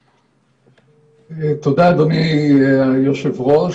תודה, אדוני היושב-ראש.